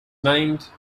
named